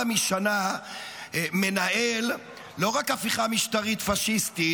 משנה לא רק מנהל הפיכה משטרית פשיסטית,